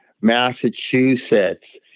Massachusetts